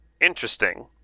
Interesting